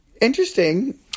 interesting